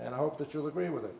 i hope that you'll agree with it